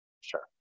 Sure